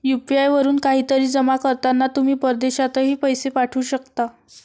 UPI वरून काहीतरी जमा करताना तुम्ही परदेशातही पैसे पाठवू शकता